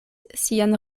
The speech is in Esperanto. sian